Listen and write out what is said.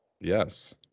Yes